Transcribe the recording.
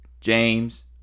James